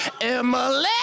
Emily